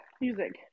music